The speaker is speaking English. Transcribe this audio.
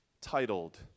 titled